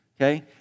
okay